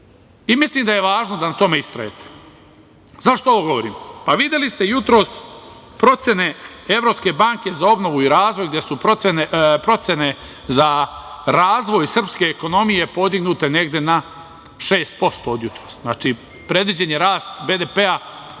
Mislim da je važno da u tome istrajete. Zašto ovo govorim? Pa, videli ste jutros procene Evropske banke za obnovu i razvoj gde su procene za razvoj srpske ekonomije podignute negde na 6% od jutros. Znači, predviđen je rast BDP-a